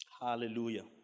Hallelujah